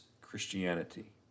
Christianity